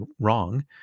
wrong